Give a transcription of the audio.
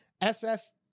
SS